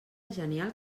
genial